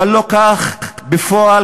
אבל לא כך בפועל,